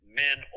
men